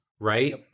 right